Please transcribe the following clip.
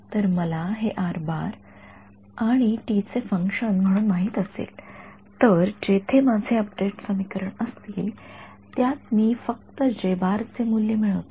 जर मला हे आणि t चे फंक्शन म्हणून माहित असेल तर जेथे माझे अपडेट समीकरण असतील त्यात मी फक्त चे मूल्य मिळवतो